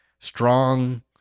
strong